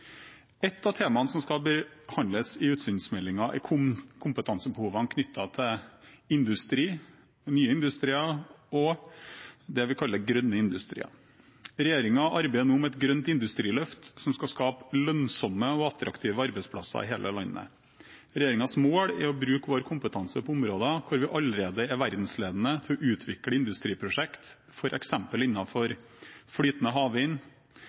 av temaene som skal behandles i utsynsmeldingen, er kompetansebehovene knyttet til industri, nye industrier, og det vi kaller grønne industrier. Regjeringen arbeider nå med et grønt industriløft som skal skape lønnsomme og attraktive arbeidsplasser i hele landet. Regjeringens mål er å bruke vår kompetanse på områder hvor vi allerede er verdensledende, til å utvikle industriprosjekter f.eks. innenfor flytende havvind,